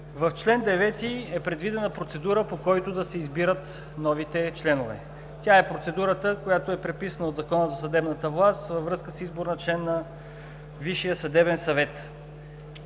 В чл. 9 е предвидена процедура, по която да се избират новите членове. Тя е процедурата, която е преписана от Закона за съдебната власт във връзка с избор на член на Висшия съдебен съвет.